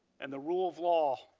and the rule of law.